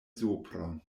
sopron